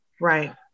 Right